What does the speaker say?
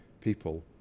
people